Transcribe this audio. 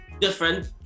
different